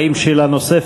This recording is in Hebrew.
האם יש שאלה נוספת?